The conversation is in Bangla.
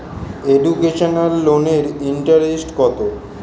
এডুকেশনাল লোনের ইন্টারেস্ট কত?